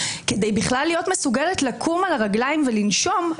כדי להיות מסוגלת בכלל לקום על הרגליים ולנשום,